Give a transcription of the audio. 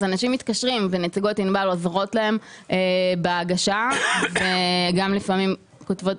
אז אנשים מתקשרים ונציגות ענבל עוזרות להם בהגשה וגם לפעמים כותבות.